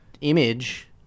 image